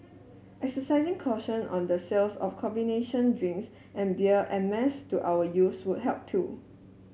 exercising caution on the sales of combination drinks and beer en mass to our youth would help too